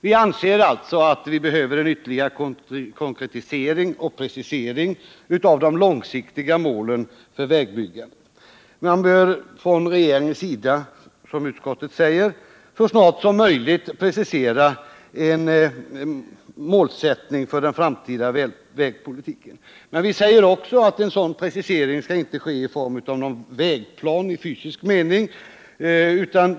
Vi anseraalltså att vi behöver en ytterligare konkretisering av de långsiktiga målen för vägbyggandet. Man bör från regeringens sida, som utskottet säger, så snart som möjligt precisera en målsättning för den framtida vägpolitiken. Men vi säger också att en sådan precisering inte skall ske i form av någon vägplan i fysisk mening.